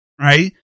right